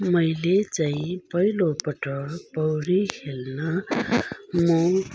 मैले चाहिँ पहिलोपटक पौडी खेल्न म